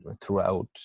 throughout